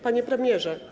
Panie Premierze!